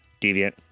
deviant